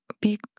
big